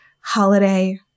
holiday